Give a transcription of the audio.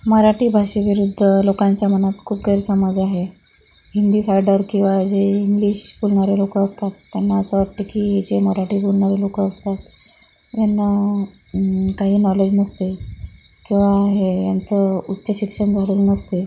मराठी भाषेविरुद्ध लोकांच्या मनात खूप गैरसमज आहे हिंदी सायडर किंवा जे इंग्लिश बोलणारे लोकं असतात त्यांना असं वाटते की जे मराठी बोलणारे लोकं असतात त्यांना काही नॉलेज नसते किंवा हे यांचं उच्च शिक्षण झालेलं नसते